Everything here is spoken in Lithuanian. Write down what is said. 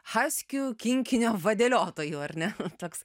haskių kinkinio vadeliotoju ar ne toks